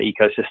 ecosystem